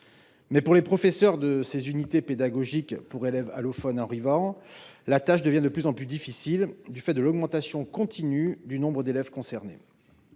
pour les professeurs de ces unités pédagogiques pour élèves allophones arrivants, la tâche devient de plus en plus difficile du fait de l’augmentation continue du nombre d’élèves concernés.